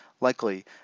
likely